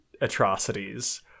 atrocities